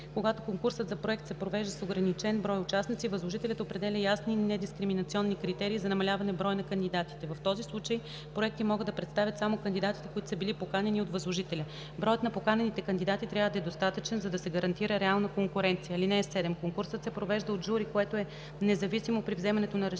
Когато конкурсът за проект се провежда с ограничен брой участници, възложителят определя ясни и недискриминационни критерии за намаляване броя на кандидатите. В този случай проекти могат да представят само кандидатите, които са били поканени от възложителя. Броят на поканените кандидати трябва да е достатъчен, за да се гарантира реална конкуренция. (7) Конкурсът се провежда от жури, което е независимо при вземането на решения